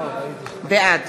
בעד